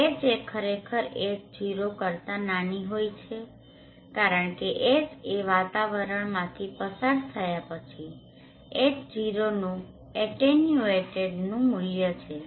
Ha એ ખરેખર H0 કરતાં નાની હોય છે કારણ કે Ha એ વાતાવરણમાંથી પસાર થયા પછી H0નુ એટેન્યુએટેડattenuatedનબળું મૂલ્ય છે